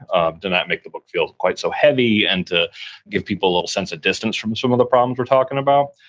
um to not make the book feel quite so heavy and to give people a little sense of distance from some of the problems we're talking about,